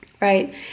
right